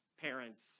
parents